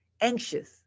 anxious